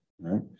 right